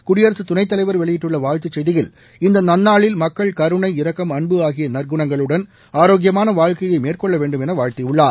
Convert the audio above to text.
குடியரசுத் துணைத் தலைவர் வெளியிட்டுள்ள வாழ்த்துச் செய்தியில் இந்த நன்னாளில் மக்கள் கருணை இரக்கம் அன்பு ஆகிய நற்குணங்களுடன் ஆரோக்கியமான வாழ்க்கையை மேற்கொள்ள வேண்டும் என வாழ்த்தியுள்ளார்